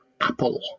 Apple